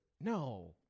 No